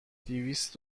دویست